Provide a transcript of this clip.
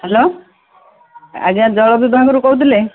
hello ଆଜ୍ଞା ଜଳ ବିଭାଗରୁ କହୁଥିଲେ